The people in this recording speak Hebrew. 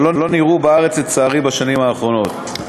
שלא נראו, לצערי, בארץ בשנים האחרונות.